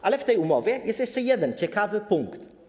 Natomiast w tej umowie jest jeszcze jeden ciekawy punkt.